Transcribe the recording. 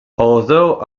although